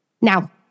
Now